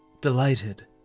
delighted